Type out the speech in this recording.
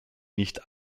nicht